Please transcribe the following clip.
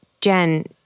Jen